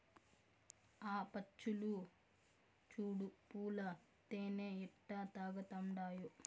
ఆ పచ్చులు చూడు పూల తేనె ఎట్టా తాగతండాయో